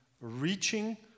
reaching